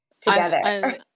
together